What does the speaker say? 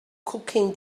cooking